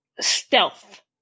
Stealth